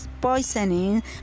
poisoning